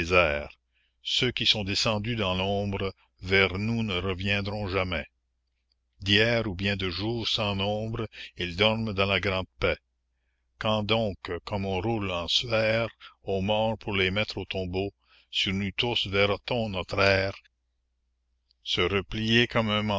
ceux qui sont descendus dans l'ombre vers nous ne reviendront jamais d'hier ou bien de jours sans nombre ils dorment dans la grande paix quand donc comme on roule un suaire aux morts pour les mettre au tombeau sur nous tous verra-t-on notre ère se replier comme un